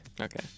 Okay